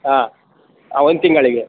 ಹಾಂ ಒಂದು ತಿಂಗಳಿಗೆ